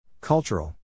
Cultural